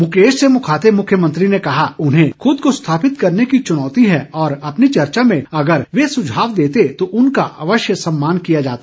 मुकेश से मुखातिब मुख्यमंत्री ने कहा कि उन्हें खुद को स्थापित करने की चुनौती है और अपनी चर्चा में वे सुझाव देते तो उनका अवश्य सम्मान किया जाता